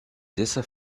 terça